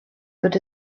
good